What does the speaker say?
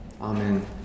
Amen